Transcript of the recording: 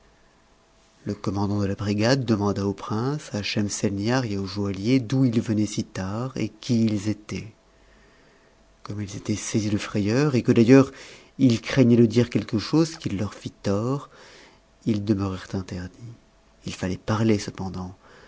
le commandant de la brigade demanda au prince à schemselnihar et aujoaihier d'où ils venaient si tard et qui i s étaient comme ils étaient saisis de frayeur et que d'ailleurs ils craignaient de dire quelque chose qui leur fit tort ils demeurèrent interdits h fallait parler cependant